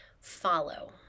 follow